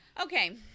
Okay